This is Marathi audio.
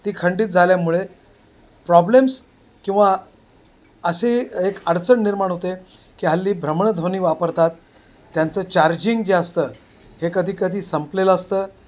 ती खंडित झाल्यामुळे प्रॉब्लेम्स किंवा अशी एक अडचण निर्माण होते की हल्ली भ्रमणध्वनी वापरतात त्यांचं चार्जिंग जे असतं हे कधी कधी संपलेलं असतं